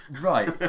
Right